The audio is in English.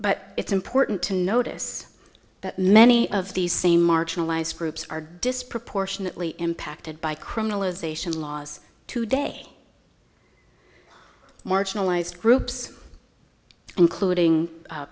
but it's important to notice that many of these same marginalized groups are disproportionately impacted by criminalization laws today marginalized groups including